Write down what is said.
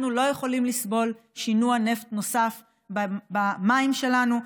אנחנו לא יכולים לסבול שינוע נפט נוסף במים שלנו,